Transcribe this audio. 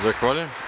Zahvaljujem.